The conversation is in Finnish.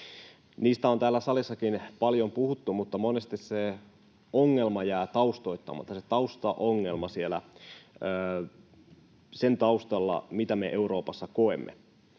Niistä on täällä salissakin paljon puhuttu, mutta monesti se ongelma jää taustoittamatta, se taustaongelma siellä sen taustalla, mitä me Euroopassa koemme.